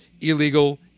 illegal